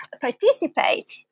participate